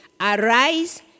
Arise